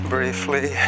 Briefly